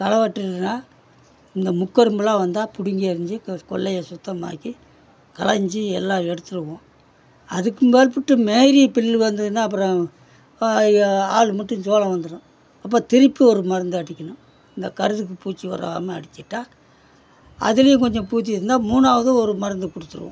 களை வெட்டுறதுன்னா இந்த முக்கரும்புலாம் வந்தால் பிடிங்கி எறிந்து கொள்ளையை சுத்தமாக்கி களைஞ்சி எல்லாம் எடுத்துடுவோம் அதுக்குமேற்பட்டு மாரி புல்லு வந்ததுன்னா அப்புறம் யா ஆளுமட்டம் சோளம் வந்துடும் அப்போ திருப்பி ஒரு மருந்து அடிக்கணும் இந்த கருதுக்கு பூச்சி வராமல் அடிச்சிட்டால் அதிலேயும் கொஞ்சம் பூச்சி இருந்தால் மூணாவது ஒரு மருந்து கொடுத்துருவோம்